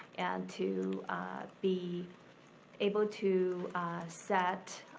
and to be able to set,